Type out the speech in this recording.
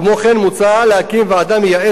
מוצע להקים ועדה מייעצת,